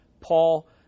Paul